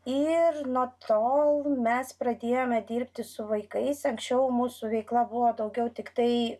ir nuo tol mes pradėjome dirbti su vaikais anksčiau mūsų veikla buvo daugiau tiktai